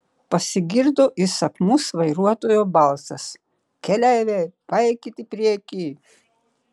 pasigirdo įsakmus vairuotojo balsas keleiviai paeikit į priekį